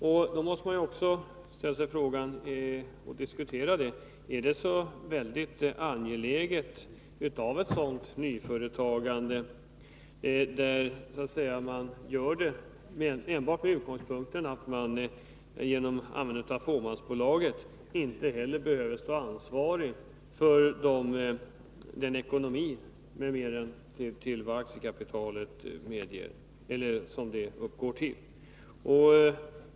Men då måste man diskutera om det är så angeläget att ha ett nyföretagande som skapas enbart med utgångspunkten att man genom möjligheten att bilda fåmansbolag inte behöver stå ekonomiskt ansvarig med mer än det belopp som aktiekapitalet uppgår till.